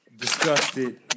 disgusted